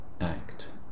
act